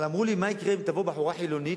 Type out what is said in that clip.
אבל אמרו לי: מה יקרה אם תבוא בחורה חילונית,